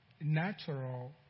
natural